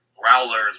Growlers